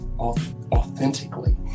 authentically